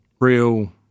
real